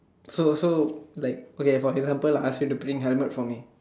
so so like okay for example I ask you to bring helmet for me